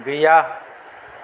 गैया